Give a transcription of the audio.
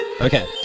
Okay